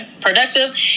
productive